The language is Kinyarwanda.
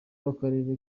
w’akarere